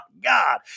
God